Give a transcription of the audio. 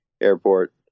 airport